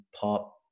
pop